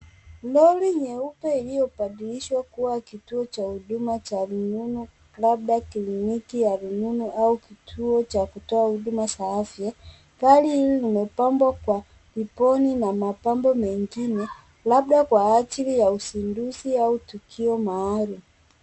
Lori nyeupe iliyobadilishwa kuwa kituo cha huduma cha rununu labda kliniki ya rununu au kituo cha kutoa huduma za afya. Gari hili limepambwa kwa riboni na mapambo mengine labda kwa ajili ya uzinduzi au tukio maalum.